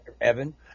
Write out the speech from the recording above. Evan